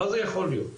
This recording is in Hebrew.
מה זה יכול להיות,